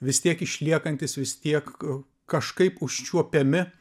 vis tiek išliekantys vis tiek kažkaip užčiuopiami